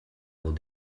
will